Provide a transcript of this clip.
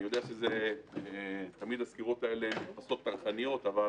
אני יודע שהסקירות האלה בסוף טרחניות, אבל